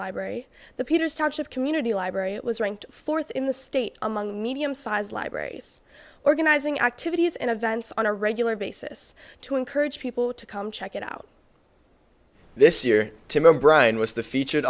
library the peter starship community library it was ranked fourth in the state among medium sized libraries organizing activities and events on a regular basis to encourage people to come check it out this year tim o'brien was the featured